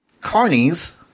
Carnies